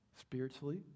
spiritually